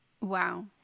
Wow